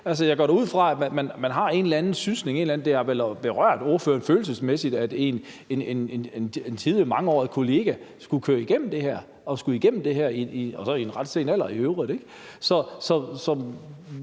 jeg går da ud fra, at man har en eller anden synsning, og at det vel har berørt ordføreren følelsesmæssigt, at en tidligere mangeårig kollega har skullet gå igennem det her og så i øvrigt også i en ret sen alder, ikke?